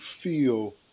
feel